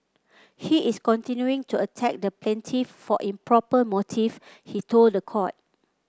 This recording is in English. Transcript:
he is continuing to attack the plaintiff for improper motive he told the court